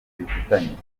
bifitanye